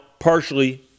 partially